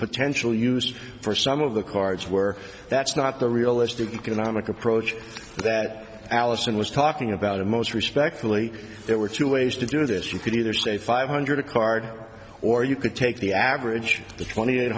potential use for some of the cards were that's not the realistic economic approach that alison was talking about and most respectfully there were two ways to do this you could either say five hundred a card or you could take the average of twenty eight